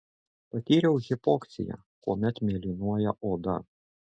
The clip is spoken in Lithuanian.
patyriau hipoksiją kuomet mėlynuoja oda